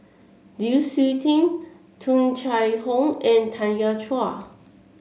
Lu Suitin Tung Chye Hong and Tanya Chua